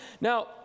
Now